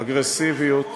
אגרסיביות,